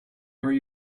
are